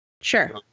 Sure